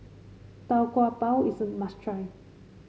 Tau Kwa Pau is a must try